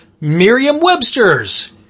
Merriam-Webster's